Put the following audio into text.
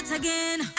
again